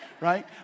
Right